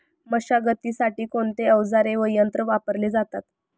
मशागतीसाठी कोणते अवजारे व यंत्र वापरले जातात?